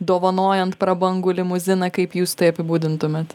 dovanojant prabangų limuziną kaip jūs tai apibūdintumėt